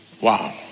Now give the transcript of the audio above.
wow